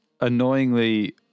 annoyingly